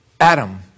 Adam